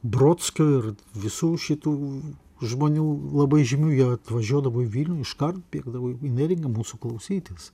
brodskio ir visų šitų žmonių labai žymių jie atvažiuodavo į vilnių iškart bėgdavo į į neringą mūsų klausytis